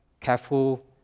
careful